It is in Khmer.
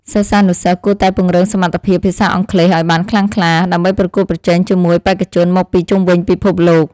សិស្សានុសិស្សគួរតែពង្រឹងសមត្ថភាពភាសាអង់គ្លេសឱ្យបានខ្លាំងក្លា ដើម្បីប្រកួតប្រជែងជាមួយបេក្ខជនមកពីជុំវិញពិភពលោក។